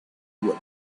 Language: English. what